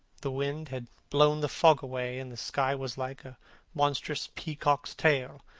the wind had blown the fog away, and the sky was like a monstrous peacock's tail,